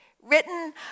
written